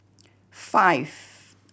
five